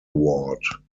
ward